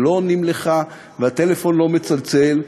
ולא עונים לך והטלפון לא מצלצל,